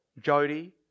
Jody